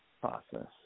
process